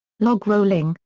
log rolling,